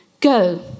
Go